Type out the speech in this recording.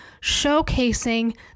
showcasing